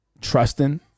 trusting